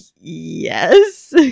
Yes